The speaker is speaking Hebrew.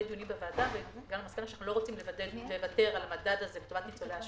דיונים בוועדה ואנחנו לא רוצים לוותר על המדד הזה לטובת ניצולי השואה.